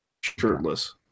shirtless